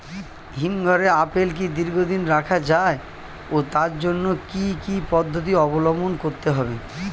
হিমঘরে আপেল কি দীর্ঘদিন রাখা যায় ও তার জন্য কি কি পদ্ধতি অবলম্বন করতে হবে?